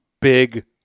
big